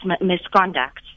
misconduct